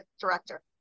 director